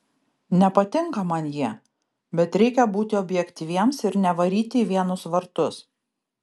nepatinka man jie bet reikia būti objektyviems ir nevaryti į vienus vartus